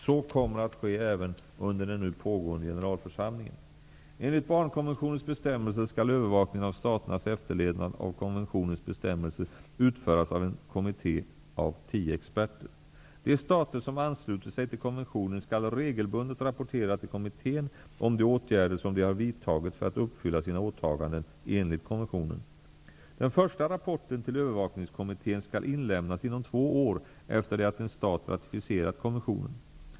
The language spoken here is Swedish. Så kommer att ske även under den nu pågående generalförsamlingen. Enligt barnkonventionens bestämmelser skall övervakningen av staternas efterlevnad av konventionens bestämmelser utföras av en kommitté av tio experter. De stater som anslutit sig till konventionen skall regelbundet rapportera till kommittén om de åtgärder som de har vidtagit för att uppfylla sina åtaganden enligt konventionen. Den första rapporten till övervakningskommittén skall inlämnas inom två år efter det att en stat ratificerat konventionen.